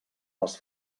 les